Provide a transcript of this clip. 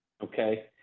Okay